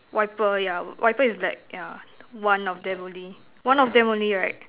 wiper ya wiper is black ya one of them only one of them only right